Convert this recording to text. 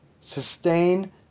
sustain